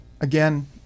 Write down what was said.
Again